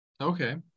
Okay